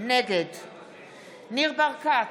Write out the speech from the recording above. נגד ניר ברקת,